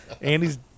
Andy's